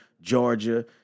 Georgia